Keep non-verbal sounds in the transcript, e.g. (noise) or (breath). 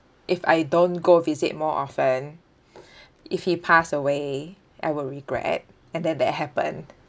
if I don't go visit more often (breath) if he pass away I will regret and then that happened